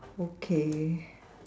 okay